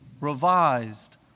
revised